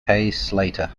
slater